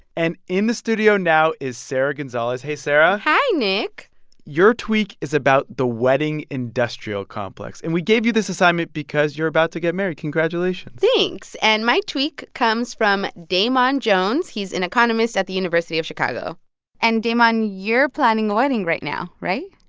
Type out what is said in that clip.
and in the studio now is sarah gonzalez. hey, sarah hi, nick your tweak is about the wedding industrial complex, and we gave you this assignment because you're about to get married. congratulations thanks. and my tweak comes from damon jones. jones. he's an economist at the university of chicago and, damon, you're planning a wedding right now, right?